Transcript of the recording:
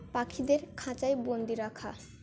পাখিদের খাঁচায় বন্দি রাখা